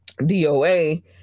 DOA